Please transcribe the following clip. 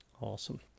awesome